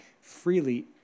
freely